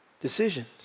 decisions